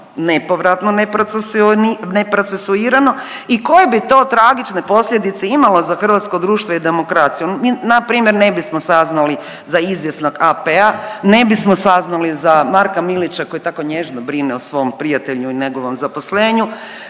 nepovratno neprocesuirano i koje bi to tragične posljedice imalo za hrvatsko društvo i demokraciju. Mi npr. ne bismo saznali za izvjesnog AP-a, ne bismo saznali za Marka Milića koji tako nježno brine o svom prijatelju i njegovom zaposlenju,